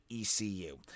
ECU